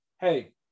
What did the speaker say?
hey